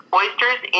oysters